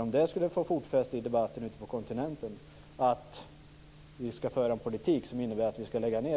Om det skulle få fotfäste i debatten ute på kontinenten att vi skall föra en politik som innebär